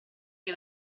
che